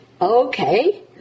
okay